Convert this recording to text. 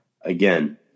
again